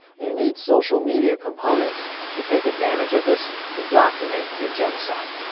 you need social media components to take advantage of this to document your genocide.